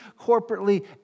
corporately